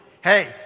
Hey